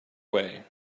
way